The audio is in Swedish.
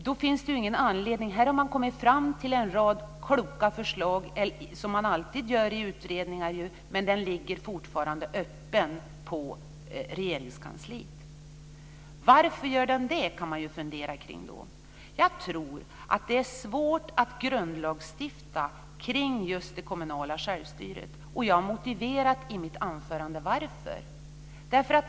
Man har som alltid i utredningar kommit fram till en rad kloka förslag, men ärendet ligger fortfarande öppet på Regeringskansliet. Varför det är så kan man fundera kring. Jag tror att det är svårt att grundlagsstifta om det kommunala självstyret. Jag har i mitt anförande motiverat varför det är så.